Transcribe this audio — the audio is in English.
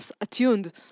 attuned